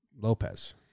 Lopez